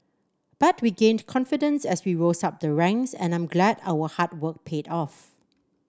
but we gained confidence as we rose up the ranks and I'm glad our hard work paid off